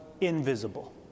invisible